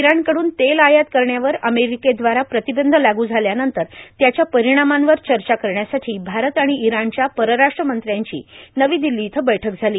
Iran कडून तेल आयात करण्यावर अमेरिकेदवारा प्रतिबंध लागू झाल्यानंतर त्याच्या परिणामांवर चर्चा करण्यासाठी भारत आणि ईराणच्या परराष्ट्र मंत्र्यांची नवी दिल्ली इथं बैठक झाली